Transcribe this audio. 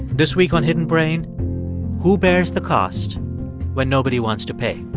this week on hidden brain who bears the cost when nobody wants to pay?